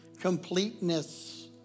completeness